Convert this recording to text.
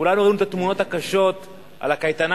כולנו רואים את התמונות הקשות על הקייטנה